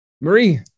Marie